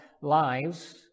lives